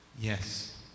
Yes